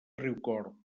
riucorb